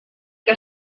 que